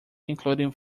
including